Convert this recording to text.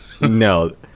no